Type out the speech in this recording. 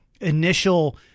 initial